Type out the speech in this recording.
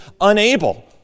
unable